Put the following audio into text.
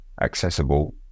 accessible